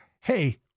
hey